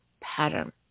pattern